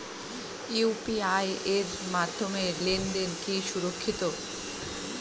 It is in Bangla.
ইউ.পি.আই এর মাধ্যমে লেনদেন কি সুরক্ষিত?